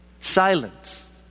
Silence